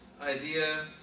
idea